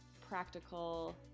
practical